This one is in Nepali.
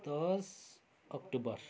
दस अक्टोबर